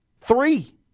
Three